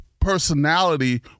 personality